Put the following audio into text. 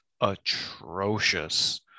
atrocious